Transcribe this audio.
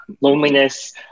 loneliness